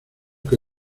que